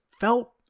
felt